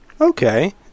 Okay